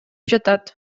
жатат